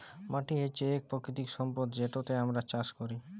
মাটি হছে ইক পাকিতিক সম্পদ যেটতে আমরা চাষ ক্যরি